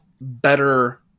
better